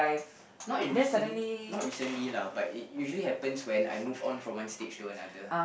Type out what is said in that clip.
not in recent not recently lah but it usually happens when I move on from one stage to another